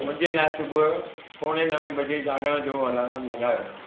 मुंहिंजे लाइ सुबुह जो पोणे नवे बजे जागण जो अलार्म लॻायो